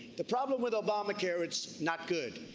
the problem with obamacare, it's not good.